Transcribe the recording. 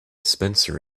spencer